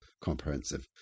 comprehensive